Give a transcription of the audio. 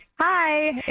Hi